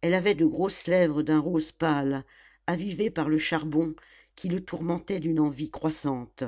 elle avait de grosses lèvres d'un rose pâle avivées par le charbon qui le tourmentaient d'une envie croissante